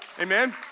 Amen